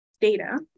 data